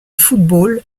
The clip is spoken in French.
football